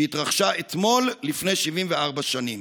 שהתרחשה אתמול לפני 74 שנים.